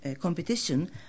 competition